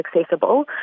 accessible